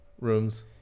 Rooms